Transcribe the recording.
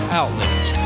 outlets